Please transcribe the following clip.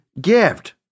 gift